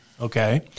Okay